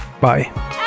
Bye